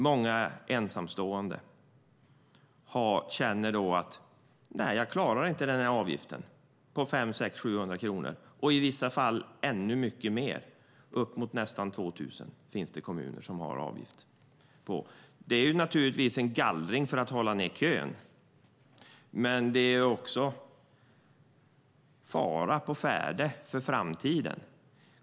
Många ensamstående klarar inte avgiften på 500 kronor och uppåt. I vissa kommuner är avgiften uppemot 2 000 kronor. Det handlar naturligtvis om en gallring för att minska kön, men detta bådar inte gott inför framtiden.